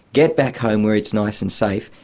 get back home where it's nice and safe,